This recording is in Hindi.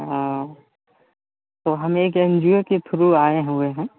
हाँ तो हम एन जी ओ के थ्रू आए हुए हैं